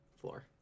floor